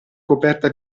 coperta